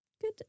good